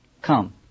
come